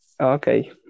Okay